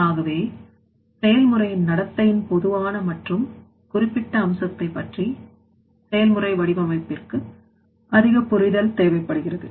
ஆகவே செயல்முறையின் நடத்தையின் பொதுவான மற்றும் குறிப்பிட்ட அம்சத்தை பற்றி செயல்முறை வடிவமைப்பிற்கு அதிக புரிதல் தேவைப்படுகிறது